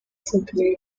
simply